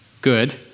good